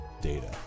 Data